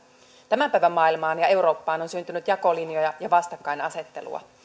tämän päivän maailmaan ja eurooppaan on syntynyt jakolinjoja ja vastakkainasettelua